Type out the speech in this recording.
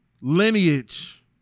lineage